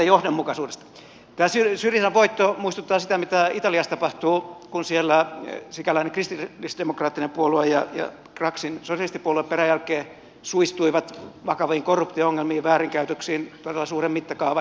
tämä syrizan voitto muistuttaa sitä mitä italiassa tapahtui kun siellä sikäläinen kristillisdemokraattinen puolue ja craxin sosialistipuolue peräjälkeen suistuivat vakaviin korruptio ongelmiin väärinkäytöksiin todella suuren mittakaavan